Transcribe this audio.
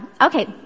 Okay